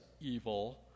evil